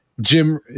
Jim